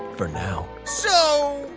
for now. so